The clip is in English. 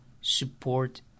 support